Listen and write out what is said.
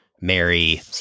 Mary